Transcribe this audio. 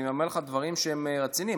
אני אומר לך דברים שהם רציניים.